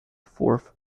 fourth